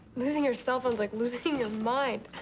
losing your cell phone's like losing your mind.